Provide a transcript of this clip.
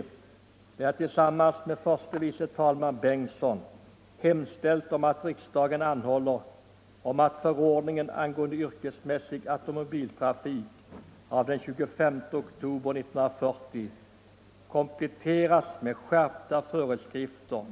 I den har jag tillsammans med förste vice talmannen Bengtson hemställt att riksdagen anhåller att förordningen angående yrkesmässig automobiltrafik av den 25 oktober 1940 kompletteras med skärpta föreskrifter